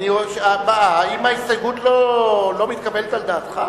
האם ההסתייגות לא מתקבלת על דעתך?